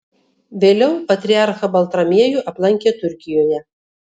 vėliau patriarchą baltramiejų aplankė turkijoje